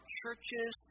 churches